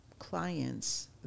Clients